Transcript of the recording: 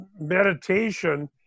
meditation